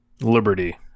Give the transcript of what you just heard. Liberty